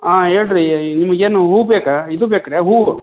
ಆಂ ಹೇಳ್ರೀ ನಿಮಗೇನು ಹೂವು ಬೇಕಾ ಇದು ಬೇಕ್ರಾ ಹೂವು